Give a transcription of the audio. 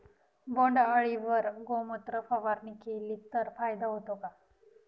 बोंडअळीवर गोमूत्र फवारणी केली तर फायदा होतो का?